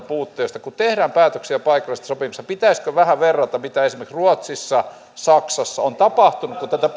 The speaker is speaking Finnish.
puutteesta kun tehdään päätöksiä paikallisesta sopimisesta pitäisikö vähän verrata mitä esimerkiksi ruotsissa tai saksassa on tapahtunut kun tätä